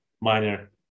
minor